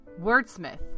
Wordsmith